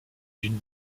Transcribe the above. d’une